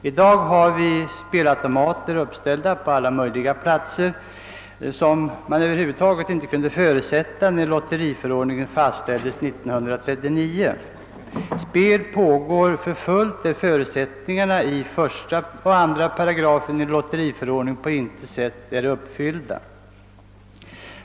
I dag finns det spelautomater uppställda på alla möjliga platser, som man över huvud taget inte kunde räkna med när lotteriförordningen fastställdes 1939. Spel pågår för fullt även i sådana fall då förutsättningarna i 1 5 och 2 8 lotteriförordningen på intet sätt är uppfyllda.